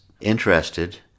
interested